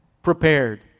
prepared